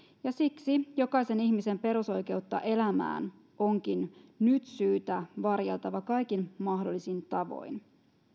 ja siksi jokaisen ihmisen perusoikeutta elämään onkin nyt syytä varjella kaikin mahdollisin tavoin